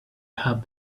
have